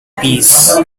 peas